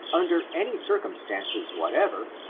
under any circumstances whatever,